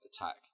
attack